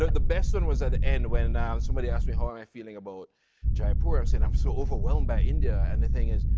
the best one was at the end, when and um somebody asked me how am i feeling about jaipur. i said, i'm so overwhelmed by india. and the thing is,